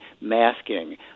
masking